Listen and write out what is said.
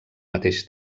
mateix